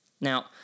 Now